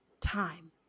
time